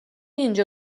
اینجا